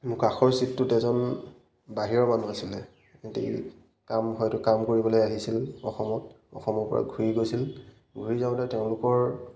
মোৰ কাষৰ চিটটোত এজন বাহিৰৰ মানুহ আছিলে সিহঁতে কাম হয়টো কাম কৰিবলৈ আহিছিল অসমত অসমৰ পৰা ঘূৰি গৈছিল ঘূৰি যাওঁতে তেওঁলোকৰ